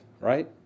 right